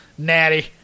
Natty